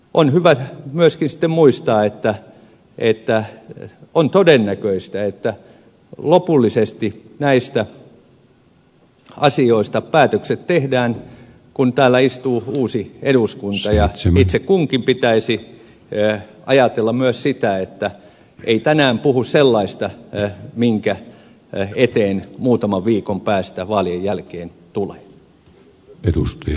on hyvä myöskin sitten muistaa että on todennäköistä että lopullisesti näistä asioista päätökset tehdään kun täällä istuu uusi eduskunta ja itse kunkin pitäisi ajatella myös sitä että ei tänään puhu sellaista minkä eteen muutaman viikon päästä vaalien jälkeen tulee